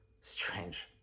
strange